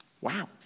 Wow